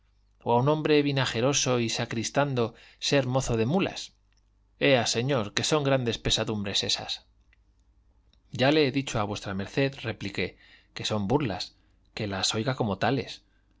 o a un hombre vinajeroso y sacristando ser mozo de mulas ea señor que son grandes pesadumbres esas ya le he dicho a v md repliqué que son burlas y que las oiga como tales